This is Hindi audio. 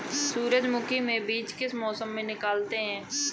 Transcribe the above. सूरजमुखी में बीज किस मौसम में निकलते हैं?